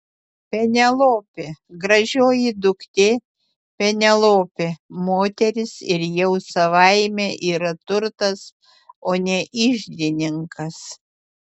penelopė gražioji duktė penelopė moteris ir jau savaime yra turtas o ne iždininkas